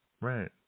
Right